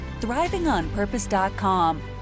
thrivingonpurpose.com